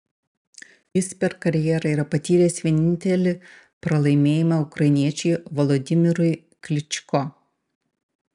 jis per karjerą yra patyręs vienintelį pralaimėjimą ukrainiečiui volodymyrui klyčko